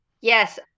Yes